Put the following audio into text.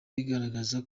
rigaragaza